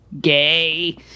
gay